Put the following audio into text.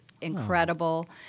incredible